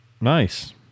Nice